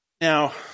Now